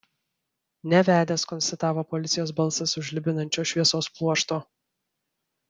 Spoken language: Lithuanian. nevedęs konstatavo policijos balsas už žlibinančio šviesos pluošto